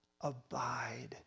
abide